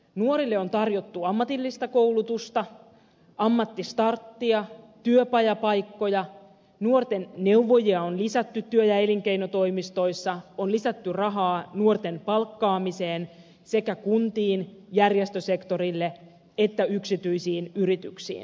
nuorille on tarjottu ammatillista koulutusta ammattistarttia työpajapaikkoja nuorten neuvojia on lisätty työ ja elinkeinotoimistoissa on lisätty rahaa nuorten palkkaamiseen sekä kuntiin järjestösektorille että yksityisiin yrityksiin